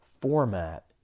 format